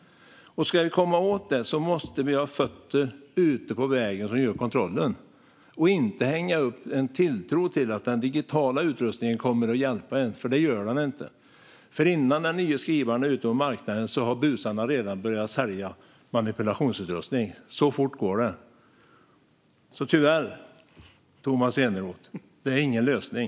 Ska vi komma åt detta måste vi ha fötter ute på vägen som gör kontroller och inte hänga upp tilltron på att den digitala utrustningen kommer att hjälpa, för det gör den inte. Innan den nya skrivaren är ute på marknaden har busarna redan börjat sälja manipulationsutrustning. Så fort går det. Så tyvärr, Tomas Eneroth, är detta ingen lösning.